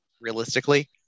Realistically